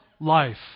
life